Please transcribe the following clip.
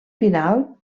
final